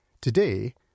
Today